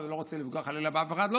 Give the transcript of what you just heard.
לא רוצה לפגוע חלילה באף אחד.